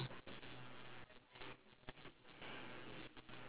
confirm got something you will never forget [one] ah